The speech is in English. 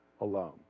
alone